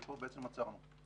ופה עצרנו.